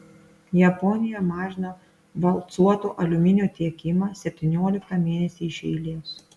japonija mažino valcuoto aliuminio tiekimą septynioliktą mėnesį iš eilės